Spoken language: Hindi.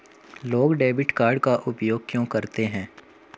लोग डेबिट कार्ड का उपयोग क्यों करते हैं?